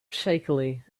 shakily